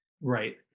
Right